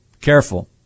Careful